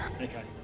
Okay